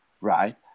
right